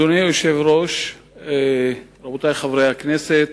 אדוני היושב-ראש, רבותי חברי הכנסת,